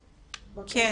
בבקשה.